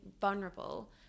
vulnerable